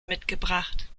mitgebracht